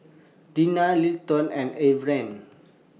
Reyna Littleton and Everett